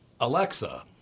Alexa